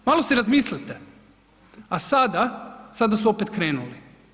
Malo si razmislite, a sada sada su opet krenuli.